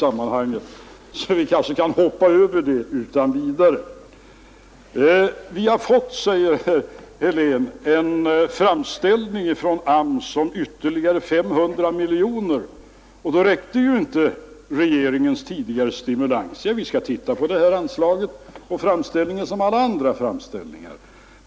Vi kanske kan hoppa över det. Vi har fått, säger herr Helén, en framställning från AMS om ytterligare 500 miljoner. Då räckte ju inte regeringens tidigare stimulans! Ja, vi skall titta på den här framställningen som på alla andra framställningar.